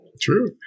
true